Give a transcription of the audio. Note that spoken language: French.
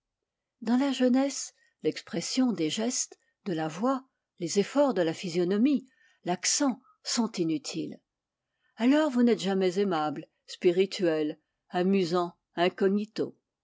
dans la jeunesse l'expression des gestes de la voix les efforts de la physionomie l'accent sont inutiles alors vous n'êtes jamais aimables spirituels amusants incognito